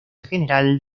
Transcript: general